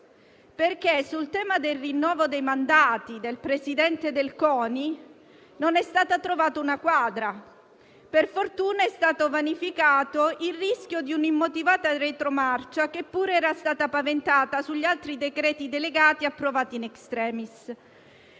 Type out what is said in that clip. perché sul tema del rinnovo dei mandati del Presidente del CONI non è stata trovata una quadra. Per fortuna, è stato vanificato il rischio di un'immotivata retromarcia, che pure era stata paventata sugli altri decreti delegati approvati *in extremis.*